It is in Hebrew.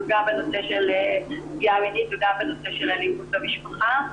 בנושא של פגיעה מינית ובנושא של אלימות במשפחה,